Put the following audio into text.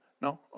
No